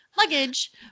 luggage